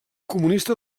comunista